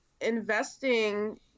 investing